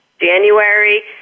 January